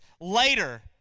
later